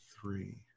Three